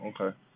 okay